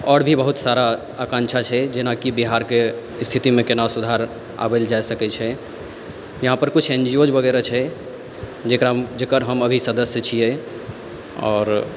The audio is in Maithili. आओर भी बहुत सारा आकांक्षा छै जेनाकि बिहारके स्थितिमे कोना सुधार आवल जा सकै छै यहाँपर किछु एन जी ओ वगैरह छै जकरा जकर हम अभी सदस्य छिए आओर